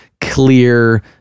clear